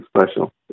special